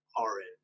Orange